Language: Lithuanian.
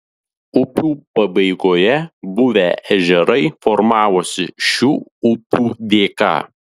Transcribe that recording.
upių pabaigoje buvę ežerai formavosi šių upių dėka